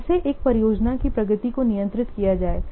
तो कैसे एक परियोजना की प्रगति को नियंत्रित किया जाए